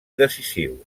decisiu